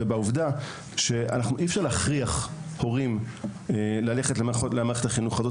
הרי אי אפשר להכריח הורים לבחור בתוכנית מערכת החינוך הישראלית,